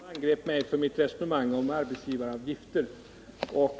Herr talman! Sune Johansson angrep mig för mitt resonemang om arbetsgivaravgiften.